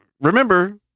remember